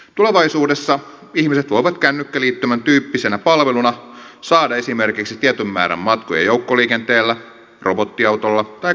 tulevaisuudessa ihmiset voivat kännykkäliittymän tyyppisenä palveluna saada esimerkiksi tietyn määrän matkoja joukkoliikenteellä robottiautolla tai kaupunkipyörällä